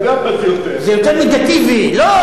נגטיבי.